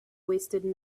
wasted